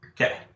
Okay